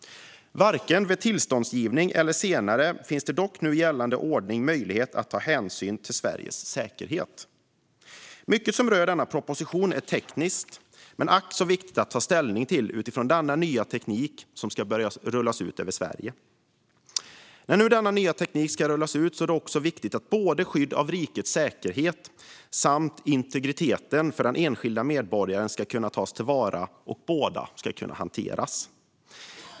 Varken vid tillståndsgivning eller senare finns det dock enligt nu gällande ordning möjlighet att ta särskild hänsyn till Sveriges säkerhet. Mycket som rör denna proposition är tekniskt men ack så viktigt att ta ställning till utifrån att denna nya teknik ska börja att rullas ut över Sverige. När nu denna nya teknik ska rullas ut är det också viktigt att både skydd av rikets säkerhet och integriteten för den enskilde medborgaren ska kunna tas till vara och att båda ska kunna hanteras.